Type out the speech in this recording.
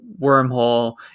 wormhole